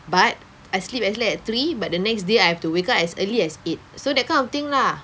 but I sleep as late as three but the next day I have to wake up as early as eight so that kind of thing lah